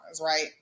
right